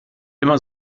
immer